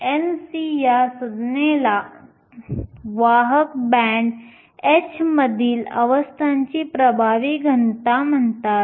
Nc या संज्ञेला वाहक बँड h मधील अवस्थांची प्रभावी घनता म्हणतात